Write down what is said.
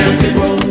people